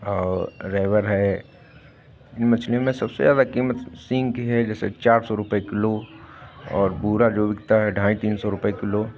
और गेवर है मछली में सबसे ज़्यादा कीमत सींग की है जैसे चार सौ रुपए किलो और भूरा जो बिकता है ढाई तीन सौ रुपए किलो